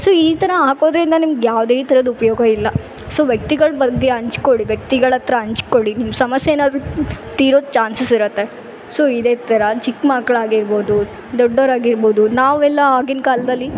so ಈ ಥರ ಹಾಕೋದ್ರಿಂದ ನಿಮ್ಗೆ ಯಾವುದೇ ಥರದ್ ಉಪಯೋಗಯಿಲ್ಲ ಸೊ ವ್ಯಕ್ತಿಗಳ ಬಗ್ಗೆ ಹಂಚ್ಕೊಳಿ ವ್ಯಕ್ತಿಗಳ ಹತ್ರ ಹಂಚ್ಕೊಳಿ ನಿಮ್ಮ ಸಮಸ್ಯೆ ಏನಾರು ತಿರೋ ಚಾನ್ಸಸ್ ಇರುತ್ತೆ ಸೊ ಇದೇ ಥರ ಚಿಕ್ಮಕ್ಳು ಆಗಿರ್ಬೋದು ದೊಡ್ಡೋರು ಆಗಿರ್ಬೋದು ನಾವೆಲ್ಲ ಆಗಿನ ಕಾಲದಲ್ಲಿ